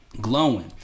glowing